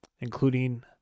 including